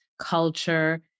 culture